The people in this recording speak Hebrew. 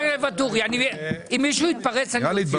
אם מישהו יתפרץ, אני אוציא אותו.